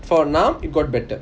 for now it got better